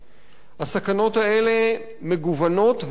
הסכנות האלה מגוונות ורבות,